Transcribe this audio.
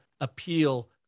appeal